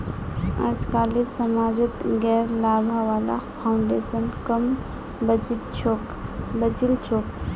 अजकालित समाजत गैर लाभा वाला फाउन्डेशन क म बचिल छोक